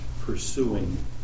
pursuing